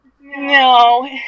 No